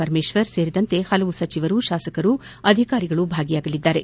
ಪರಮೇಶ್ವರ್ ಸೇರಿದಂತೆ ಹಲವು ಸಚಿವರು ಶಾಸಕರು ಅಧಿಕಾರಿಗಳು ಭಾಗಿಯಾಗಲಿದ್ದಾರೆ